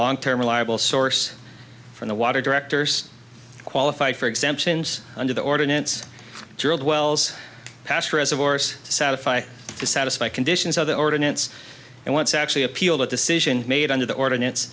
long term reliable source from the water directors qualify for exemptions under the ordinance drilled wells pastor as of course satisfy to satisfy conditions of the ordinance and once actually appeal that decision made under the ordinance